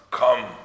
come